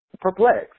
perplexed